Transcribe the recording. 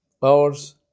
powers